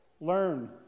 Learn